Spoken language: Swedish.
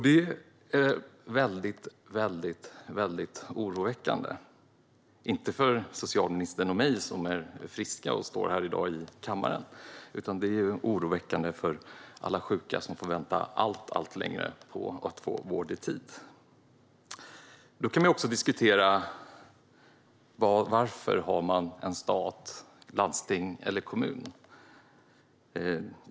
Detta är väldigt oroväckande - inte för socialministern och mig, som är friska och står här i kammaren i dag, utan för alla sjuka som får vänta allt längre på att få vård. Man kan också diskutera varför vi har stat, landsting och kommun.